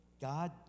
God